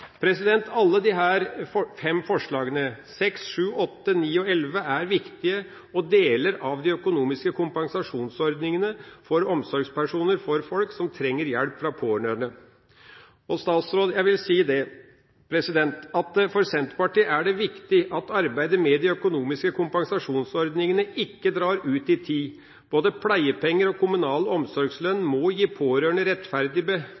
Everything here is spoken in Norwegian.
Alle disse fem forslagene, nr. 6, 7, 8, 9 og 11, er viktige deler av de økonomiske kompensasjonsordningene for omsorgspersoner for folk som trenger hjelp fra pårørende. Jeg vil si til statsråden at for Senterpartiet er det viktig at arbeidet med de økonomiske kompensasjonsordningene ikke drar ut i tid. Både pleiepenger og kommunal omsorgslønn må gi pårørende rettferdig